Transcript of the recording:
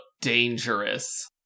dangerous